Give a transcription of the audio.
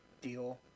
deal